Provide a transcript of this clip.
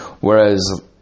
whereas